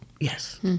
Yes